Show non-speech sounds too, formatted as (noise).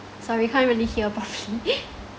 sorry can't really hear properly (laughs)